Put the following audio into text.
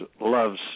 loves